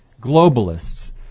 globalists